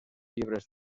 llibres